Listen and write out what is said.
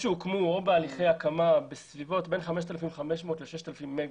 בהליכי הקמה או קיימים כבר בין 5,500 ל-6,000 מגה.